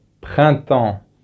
printemps